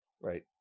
Right